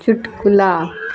चुटकुला